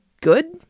good